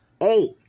Eight